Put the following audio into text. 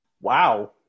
Wow